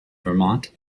vomit